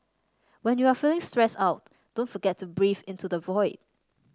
when you are feeling stressed out don't forget to breathe into the void